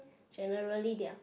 generally they are